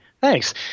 Thanks